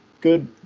good